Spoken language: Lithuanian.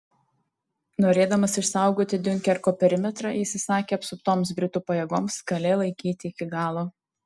norėdamas išsaugoti diunkerko perimetrą jis įsakė apsuptoms britų pajėgoms kalė laikyti iki galo